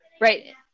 Right